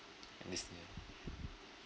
at disneyland